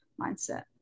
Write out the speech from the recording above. mindset